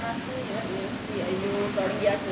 ya